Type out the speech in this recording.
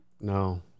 No